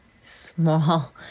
small